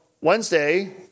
Wednesday